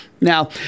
Now